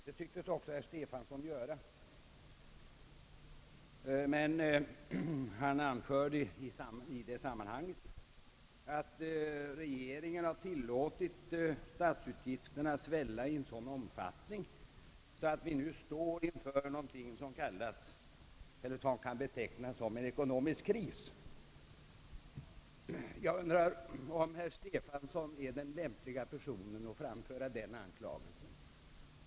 Så tycktes även herr Stefanson göra, men han anförde i det sammanhanget, att regeringen har tillåtit statsutgifterna att svälla i en sådan omfattning att vi nu står inför något som kan betecknas såsom en ekonomisk kris. Jag und rar om herr Stefanson är den lämpliga personen att framföra den anklagelsen.